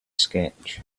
sketch